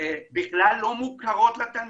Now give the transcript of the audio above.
בכלל לא מוכרות לתלמידים.